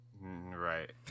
Right